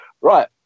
Right